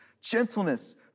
gentleness